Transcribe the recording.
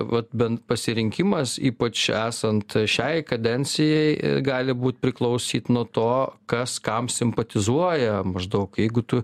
vat bent pasirinkimas ypač esant šiai kadencijai gali būt priklausyt nuo to kas kam simpatizuoja maždaug jeigu tu